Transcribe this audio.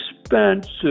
expensive